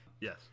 Yes